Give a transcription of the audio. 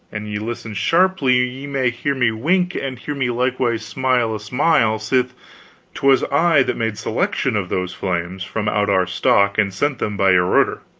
an ye listen sharply ye may hear me wink and hear me likewise smile a smile, sith twas i that made selection of those flames from out our stock and sent them by your order.